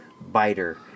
biter